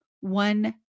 one